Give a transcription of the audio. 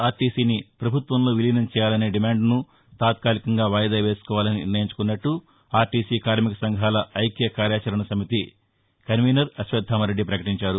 ఆర్టీసీని పభుత్వంలో విలీనం చేయాలనే డిమాండ్ను తాత్కాలికంగా వాయిదా వేసుకోవాలని నిర్ణయించుకున్నట్టు ఆర్టీసీ కార్మిక సంఘాల ఐక్య కార్యాచరణ సమితి కన్వీనర్ అశ్వత్థామరెడ్డి ప్రకటించారు